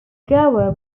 gower